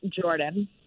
Jordan